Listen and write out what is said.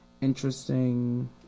interesting